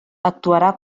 actuarà